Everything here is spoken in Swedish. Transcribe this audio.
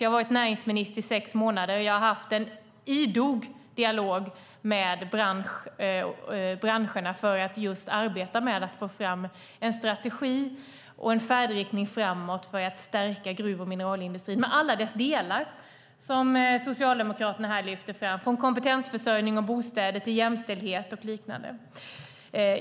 Jag har varit näringsminister i sex månader, och jag har haft en idog dialog med branscherna för att få fram en strategi och en färdriktning framåt för att stärka gruv och mineralindustrin. Det gäller alla dess delar, som Socialdemokraterna lyfter fram. Det gäller från kompetensförsörjning och bostäder till jämställdhet och liknande.